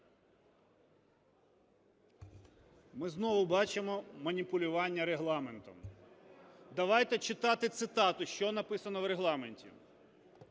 Ми знову бачимо маніпулювання Регламентом. Давайте читати цитату, що написано в Регламенті: